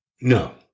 No